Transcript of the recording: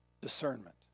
discernment